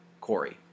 Corey